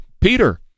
Peter